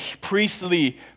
priestly